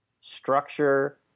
structure